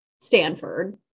Stanford